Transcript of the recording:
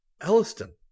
Elliston